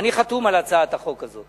אני חתום על הצעת החוק הזאת